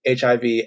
HIV